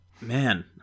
man